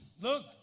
Look